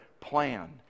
plan